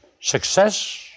Success